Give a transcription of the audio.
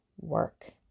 work